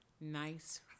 Nice